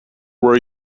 were